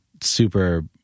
super